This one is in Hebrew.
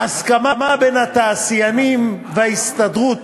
ההסכמה בין התעשיינים וההסתדרות